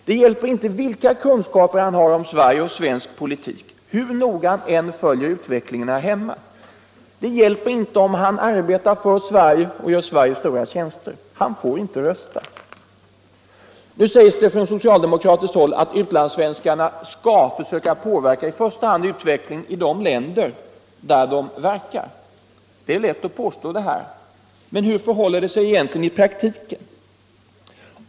Det hjälper inte vilka kunskaper han har om Sverige och svensk politik, hur noga han följer utvecklingen här hemma. Det hjälper inte om han arbetar för Sverige och gör Sverige stora tjänster — han får inte rösta. Nu sägs det från socialdemokratiskt håll att utlandssvenskarna skall försöka påverka utvecklingen i första hand i de länder där de verkar. Det är lätt att säga det, men hur förhåller det sig i praktiken?